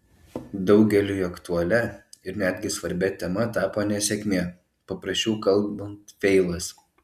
daugeliui aktualia ir netgi svarbia tema tapo nesėkmė paprasčiau kalbant feilas